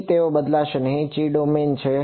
ચી તેઓ બદલાશે નહીં ચી ડોમેનની છે